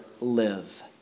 live